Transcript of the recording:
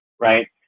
right